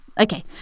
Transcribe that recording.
okay